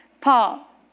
Paul